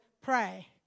pray